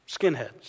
skinheads